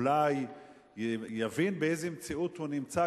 אולי יבין באיזו מציאות הוא נמצא,